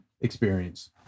experience